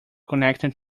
connecting